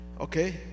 Okay